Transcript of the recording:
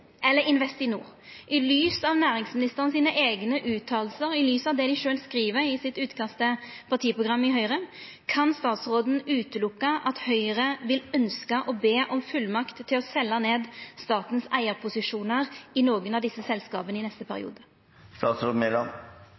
Investinor. I lys av næringsministeren sine eigne utsegner, og i lys av det dei sjølv skriv i utkastet til Høgres partiprogram, kan statsråden avvisa at Høgre vil ønskja å be om fullmakter til å selja ned statens eigarposisjonar i nokre av desse selskapa i neste